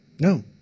No